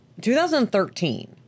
2013